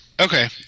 Okay